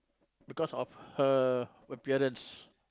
because of her appearance